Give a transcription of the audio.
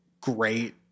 great